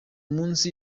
munsi